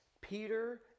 Peter